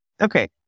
Okay